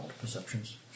Perceptions